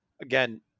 again